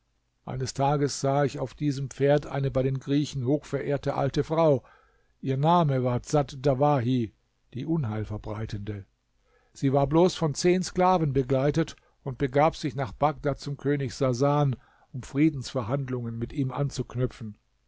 eines tages sah ich auf diesem pferd eine bei den griechen hochverehrte alte frau ihr name war dsat dawahi die unheilverbreitende sie war bloß von zehn sklaven begleitet und begab sich nach bagdad zum könig sasan um friedensverhandlungen mit ihm anzuknüpfen